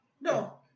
No